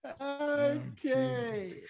Okay